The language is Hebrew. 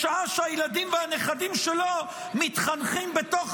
בשעה שהילדים והנכדים שלו מתחנכים בתוך